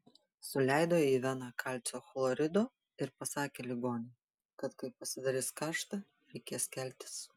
suleido į veną kalcio chlorido ir pasakė ligonei kad kai pasidarys karšta reikės keltis